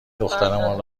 دخترمان